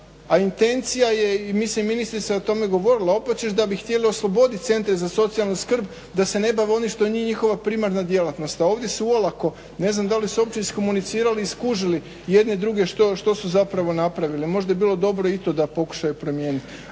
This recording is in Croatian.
a intencija je mislim ministrica je o tome govorila Opačić da bi htjeli oslobodit Centre za socijalnu skrb da se ne bave onim što nije njihova primarna djelatnost. A ovdje su olako, ne znam da li su opće iskomunicarli i skužili jedni druge što su zapravo napravili. Možda bi bilo dobro i to da pokušaju primijeniti.